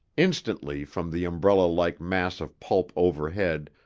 instantly, from the umbrella-like mass of pulp overhead,